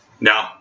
no